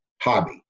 hobby